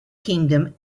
kingdom